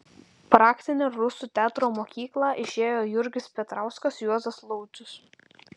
praktinę rusų teatro mokyklą išėjo jurgis petrauskas juozas laucius